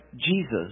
Jesus